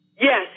Yes